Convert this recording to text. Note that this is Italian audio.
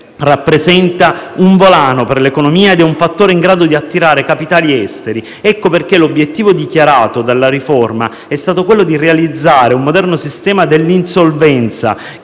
rappresentano un volano per l'economia ed un fattore in grado di attirare capitali esteri. Ecco perché l'obiettivo dichiarato della riforma è stato quello di realizzare un moderno sistema dell'insolvenza